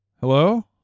Hello